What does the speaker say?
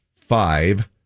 five